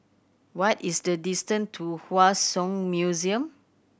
what is the distant to Hua Song Museum